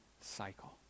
cycle